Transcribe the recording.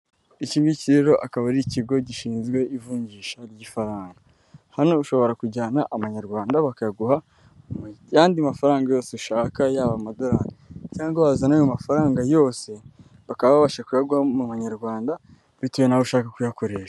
Ikingiki rero akaba ari ikigo gishinzwe ivunjisha ry'ifaranga hano bashobora kujyana abanyarwanda bakayaguha mu yandi mafaranga yose ushaka yaba amadolari cyangwa wazana ayo mafaranga yose bakaba babasha kuyaguha mumanyarwanda bitewe naho ushaka kuyakoresha.